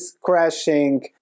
crashing